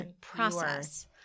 process